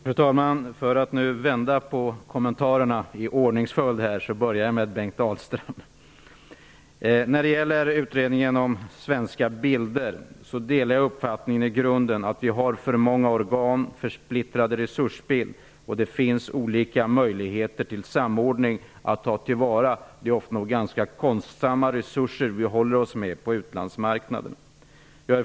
Fru talman! Jag ändrar ordningsföljd på kommentarerna och börjar med Bengt Dalström. Vad gäller utredningen Svenska bilder delar jag i grunden uppfattningen att vi har för många organ och en splittrad resursbild. Det finns olika möjligheter till samordning och att bättre ta till vara de ofta nog ganska kostsamma resurser vi håller oss med på utlandsmarknaden.